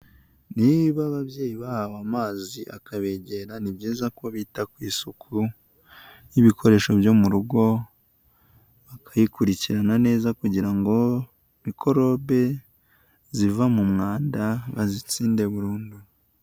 Niba ababyeyi bahawe amazi akabegera ni byiza ko bita ku isuku y'ibikoresho byo mu rugo, bakayikurikirana neza kugira ngo mikorobe ziva mu mwanda bazitsinde burundu.